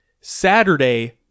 Saturday